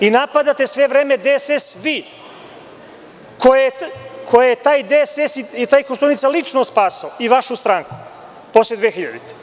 I napadate sve vreme DSS vi koje je taj DSS i taj Koštunica lično spasao i vašu stranku posle 2000. godine.